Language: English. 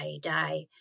die